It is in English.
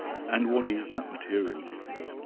and what is that material, do you think?